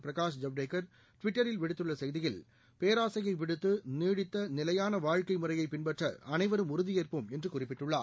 பிரகாஷ்ஜவ்டேகர்ட்விட்டரில்விடுத்துள்ளசெய்தியில்பேராசையைவிடுத்துநீடித்த நிலையவாழ்க்கைமுறையைபின்பற்றஅனைவரும்உறுதியேற்போம்என்றுகுறிப்பி ட்டுள்ளார்